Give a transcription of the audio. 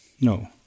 No